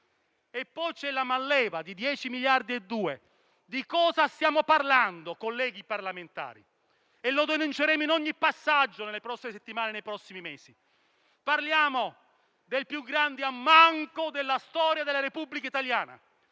poi c'è la manleva di 10,2 miliardi. Stiamo parlando, colleghi parlamentari, di qualcosa che denunceremo in ogni passaggio nelle prossime settimane e nei prossimi mesi. Parliamo del più grande ammanco della storia della Repubblica italiana;